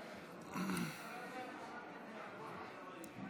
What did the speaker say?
אם אפשר פה, בבקשה, חברי הכנסת מוסי רז,